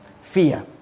Fear